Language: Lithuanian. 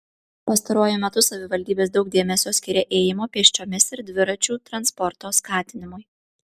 pastaruoju metu savivaldybės daug dėmesio skiria ėjimo pėsčiomis ir dviračių transporto skatinimui